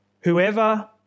whoever